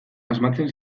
asmatzen